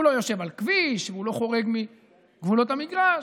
הוא לא יושב על כביש והוא לא חורג מגבולות המגרש.